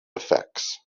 effects